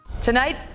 Tonight